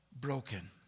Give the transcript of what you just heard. broken